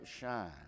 shine